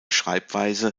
schreibweise